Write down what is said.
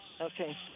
okay